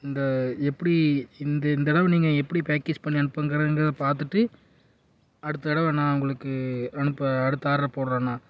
இந்த எப்படி இந்த இந்த தடவை நீங்கள் எப்படி பேக்கேஜ் பண்ணி அனுப்புறதுங்கிறத பார்த்துட்டு அடுத்த தடவை நான் உங்களுக்கு அனுப்ப அடுத்த ஆர்டரை போடுகிறேண்ணா